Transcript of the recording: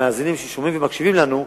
למאזינים ששומעים ומקשיבים לנו,